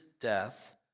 death